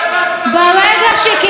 חבל,